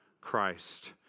Christ